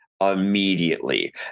immediately